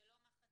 זה לא מחצית,